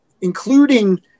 including